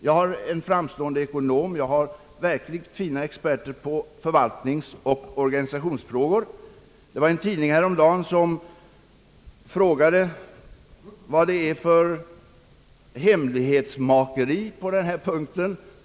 Jag har en framstående ekonom och vissa experter på förvaltningsoch organisationsfrågor. En tidning frågade häromdagen vad det är för hemlighetsmakeri på den här punkten.